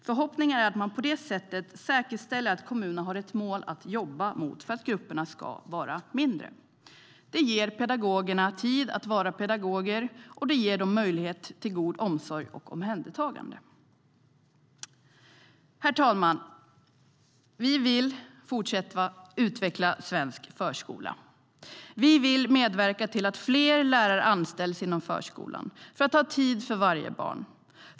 Förhoppningen är att man på det sättet säkerställer att kommunerna har ett mål att jobba mot för att grupperna ska vara mindre. Det ger pedagogerna tid att vara pedagoger, och det ger dem möjligheter till god omsorg och omhändertagande. Herr talman! Vi vill fortsätta att utveckla svensk förskola. Vi vill medverka till att fler lärare anställs inom förskolan för att ha tid för varje barn.